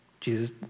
Jesus